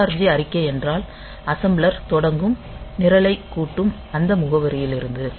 ORG அறிக்கைகள் என்றால் assembler தொடங்கும் நிரலைக் கூட்டும் அந்த முகவரியிலிருந்து